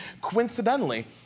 coincidentally